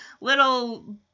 little